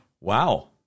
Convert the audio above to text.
Wow